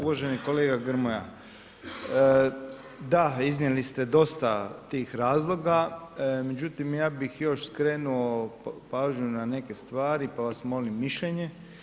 Uvaženi kolega Grmoja, da iznijeli ste dosta tih razloga, međutim, ja bih još skrenuo pažnju na neke stvari, pa vas molim mišljenje.